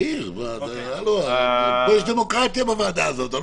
תעיר, בוועדה הזאת יש דמוקרטיה.